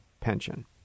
pension